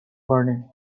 burning